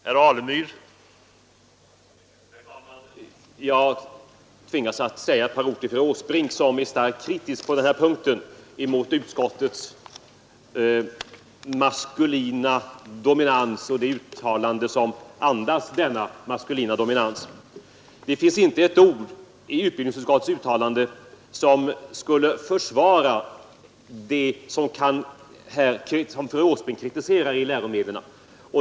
Herr talman! Jag tvingas säga ett par ord till fru Åsbrink som på denna punkt är starkt kritisk mot utskottets av dess maskulina dominans präglade uttalande. Det finns inte ett ord i utbildningsutskottets uttalande som försvarar vad fru Åsbrink kritiserar i läromedlen.